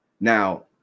Now